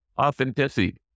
authenticity